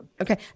Okay